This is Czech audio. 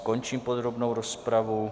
Končím podrobnou rozpravu.